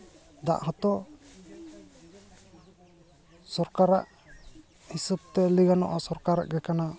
ᱫᱟᱜ ᱦᱚᱸᱛᱚ ᱥᱚᱨᱠᱟᱨᱟᱜ ᱦᱤᱥᱟᱹᱵᱽ ᱛᱮ ᱞᱟᱹᱭ ᱜᱟᱱᱚᱜᱼᱟ ᱥᱚᱨᱠᱟᱨᱟᱜ ᱜᱮ ᱠᱟᱱᱟ